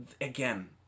Again